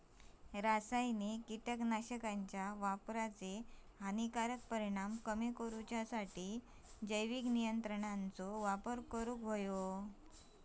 रासायनिक कीटकनाशकांच्या वापराचे हानिकारक परिणाम कमी करूसाठी जैविक नियंत्रणांचो वापर करूंक हवो